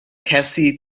cassie